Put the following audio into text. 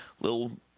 little